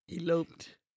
eloped